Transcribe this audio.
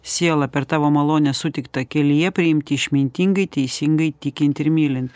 sielą per tavo malonę sutiktą kelyje priimti išmintingai teisingai tikint ir mylint